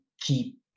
keep